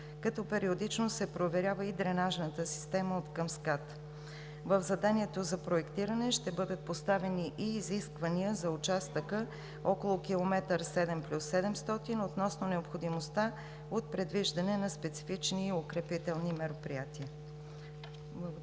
като периодично се проверява и дренажната система откъм скат. В заданието за проектиране ще бъдат поставен и изисквания за участъка около километър 7+700 относно необходимостта от предвиждане на специфични укрепителни мероприятия. Благодаря.